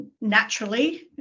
naturally